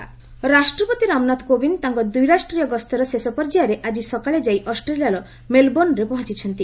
ପ୍ରେଜ୍ ଭିଜିଟ୍ ରାଷ୍ଟ୍ରପତି ରାମନାଥ କୋବିନ୍ଦ୍ ତାଙ୍କ ଦ୍ୱି ରାଷ୍ଟ୍ରୀୟ ଗସ୍ତର ଶେଷ ପର୍ଯ୍ୟାୟରେ ଆଜି ସକାଳେ ଯାଇ ଅଷ୍ଟ୍ରେଲିଆର ମେଲ୍ବର୍ଷରେ ପହଞ୍ଚୁଛନ୍ତି